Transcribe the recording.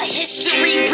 history